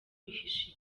bihishe